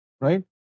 right